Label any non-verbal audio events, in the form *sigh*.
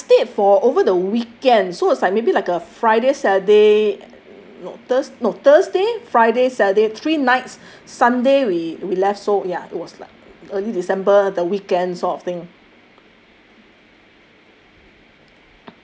*breath* I stayed for over the weekend so it's like maybe like a friday saturday no thurs~ no thursday friday saturday three nights sunday we we left so ya it was like early december the weekends sort of thing